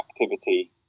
activity